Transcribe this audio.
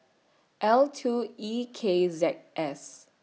L two E K Z S